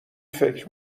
فکر